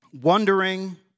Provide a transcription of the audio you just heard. wondering